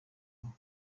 aho